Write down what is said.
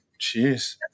Jeez